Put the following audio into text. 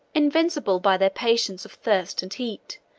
invincible by their patience of thirst and heat,